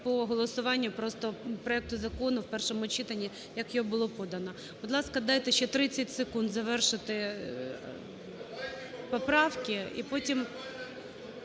по голосуванню просто проекту закону в першому читанні, як його було подано. Будь ласка, дайте ще 30 секунд завершити поправки і потім…